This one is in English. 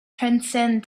transcend